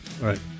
Right